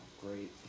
Great